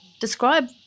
Describe